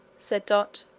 said dot.